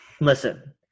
listen